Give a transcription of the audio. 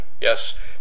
yes